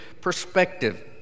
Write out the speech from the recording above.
perspective